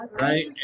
right